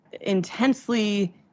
intensely